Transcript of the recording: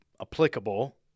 applicable